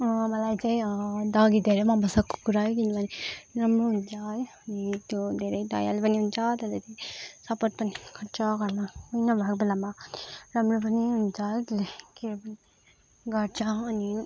मलाई चाहिँ डगी धेरै मनपर्छ कुकुर है किनभने राम्रो हुन्छ है अनि त्यो धेरै दयालु पनि हुन्छ त्यहाँदेखि सपोर्ट पनि गर्छ घरमा कोही नभएको बेलामा राम्रो पनि हुन्छ तेल्ले केयर पनि गर्छ अनि